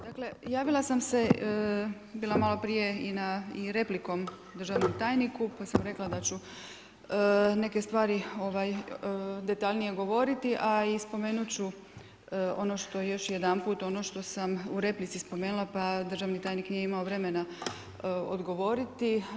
Dakle, javila sam se bila maloprije i na repliku državnom tajniku, pa sam rekla da ću neke stvari detaljnije govoriti, a i spomenuti ću još jedanput ono što sam replici spomenula, pa državni tajnik nije imao vremena odgovoriti.